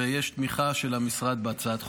ויש תמיכה של המשרד בהצעת החוק.